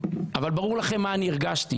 אבל ברור לכם מה אני הרגשתי.